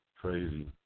crazy